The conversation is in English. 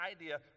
idea